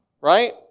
Right